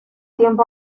tiempo